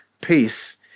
peace